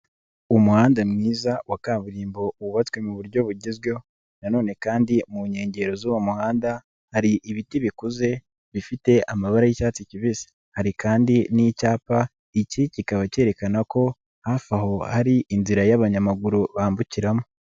Umuhanda mwiza wa kaburimbo wubatswe mu buryo bugezweho nanone kandi mu nkengero z'uwo muhanda hari ibiti bikuze bifite amabara y'icyatsi kibisi, hari kandi n'icyapa iki kikaba kerekana ko hafi aho hari inzira y'abanyamaguru bambukiramo.